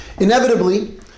Inevitably